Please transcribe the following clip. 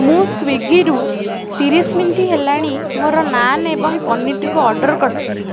ମୁଁ ସ୍ଵିଗିରୁ ତିରିଶି ମିନିଟ୍ ହେଲାଣି ମୋର ନାନ୍ ଏବଂ ପନିର୍ଟିକୁ ଅର୍ଡ଼ର୍ କରିଥିଲି